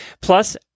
Plus